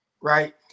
right